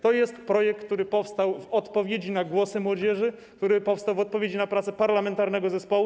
To jest projekt, który powstał w odpowiedzi na głosy młodzieży, który powstał w odpowiedzi na pracę parlamentarnego zespołu.